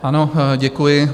Ano, děkuji.